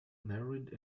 married